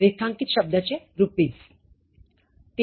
રેખાંકિત શબ્દ છે rupees 13